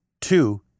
two